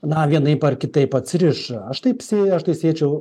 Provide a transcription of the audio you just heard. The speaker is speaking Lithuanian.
na vienaip ar kitaip atsiriša aš taip sieju aš tai siečiau